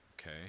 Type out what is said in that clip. Okay